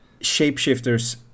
shapeshifters